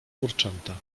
kurczęta